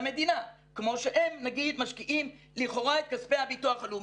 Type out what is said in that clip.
כמו שהם נגיד משקיעים לכאורה את כספי הביטוח הלאומי.